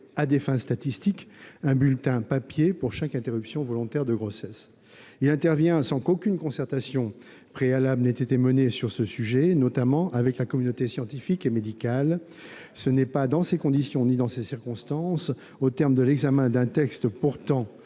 à des fins statistiques, un bulletin papier pour chaque interruption volontaire de grossesse. Il intervient sans qu'aucune concertation préalable ait été menée sur ce sujet, notamment avec la communauté scientifique et médicale. Ce n'est pas dans ces conditions ni dans ces circonstances, au terme de l'examen d'un texte portant